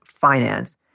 finance